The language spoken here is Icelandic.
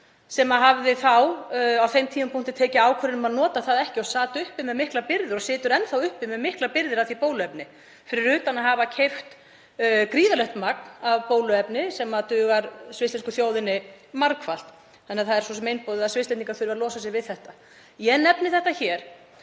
Sviss hafði á þeim tímapunkti tekið ákvörðun um að nota það ekki, sat uppi með miklar birgðir og situr enn þá uppi með miklar birgðir af því bóluefni, fyrir utan að hafa keypt gríðarlegt magn af bóluefni sem dugar svissnesku þjóðinni margfalt. Það er svo sem einboðið að Svisslendingar þurfi að losa sig við það. Ég nefni þetta hér